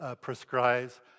prescribes